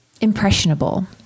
impressionable